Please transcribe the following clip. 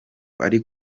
ari